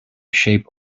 shape